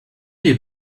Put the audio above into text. les